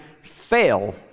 fail